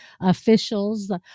officials